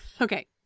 okay